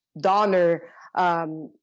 donor